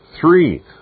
three